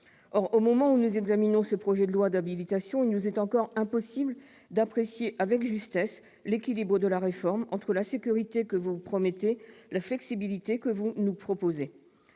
! Au moment où nous examinons ce projet de loi d'habilitation, il nous est encore impossible d'apprécier avec justesse l'équilibre de la réforme, entre la sécurité que vous promettez et la flexibilité que vous nous proposez.